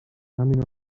ریهمین